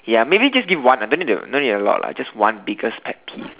ya maybe just give one lah don't need to don't need a lot lah just one biggest pet peeve